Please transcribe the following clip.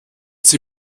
sie